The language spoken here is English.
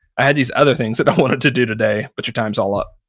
i had these other things that i wanted to do today, but your time's all up.